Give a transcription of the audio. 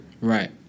Right